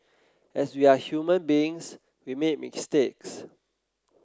as we are human beings we make mistakes